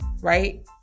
right